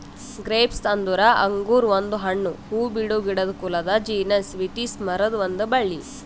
grapes ಅಂದುರ್ ಅಂಗುರ್ ಒಂದು ಹಣ್ಣು, ಹೂಬಿಡೋ ಗಿಡದ ಕುಲದ ಜೀನಸ್ ವಿಟಿಸ್ ಮರುದ್ ಒಂದ್ ಬಳ್ಳಿ